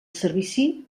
servici